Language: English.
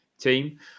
team